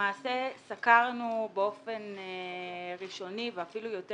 למעשה סקרנו באופן ראשוני ואפילו יותר